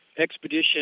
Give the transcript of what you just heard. expedition